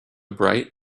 bright